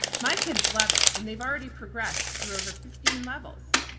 my kids love it and they've already progressed through over fifteen levels.